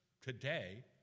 today